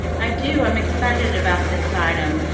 i do. i'm excited about this item.